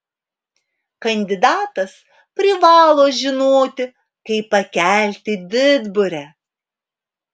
kandidatas privalo žinoti kaip pakelti didburę